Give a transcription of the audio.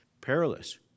perilous